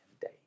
day